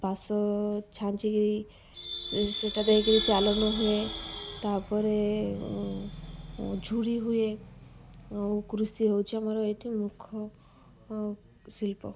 ବାସ ଛାଞ୍ଚିକିରି ସେ ସେଇଟା ଦେଇକିରି ଚାଲନ ହୁଏ ତାପରେ ଝୁଡ଼ି ହୁଏ ଓ କୃଷି ହେଉଛି ଆମର ଏଇଠି ମୁଖ ଶିଳ୍ପ